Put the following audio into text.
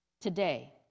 today